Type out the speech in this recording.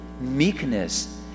meekness